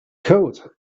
code